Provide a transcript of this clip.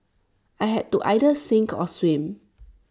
I had to either sink or swim